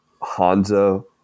Hanzo